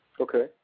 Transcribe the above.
Okay